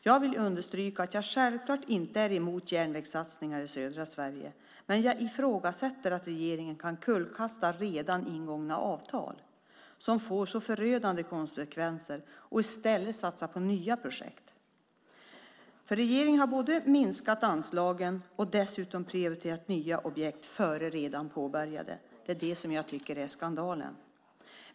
Jag vill understryka att jag självklart inte är emot järnvägssatsningar i södra Sverige, men jag ifrågasätter att regeringen kan kullkasta redan ingångna avtal, som får så förödande konsekvenser, och i stället satsa på nya projekt. Regeringen har både minskat anslagen och dessutom prioriterat nya objekt före redan påbörjade. Det är det som jag tycker är skandalen.